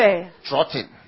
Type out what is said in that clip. trotting